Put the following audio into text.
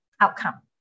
outcome